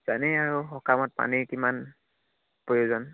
জানেই আৰু সকামত পানীৰ কিমান প্ৰয়োজন